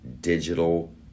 digital